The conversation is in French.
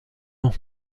ont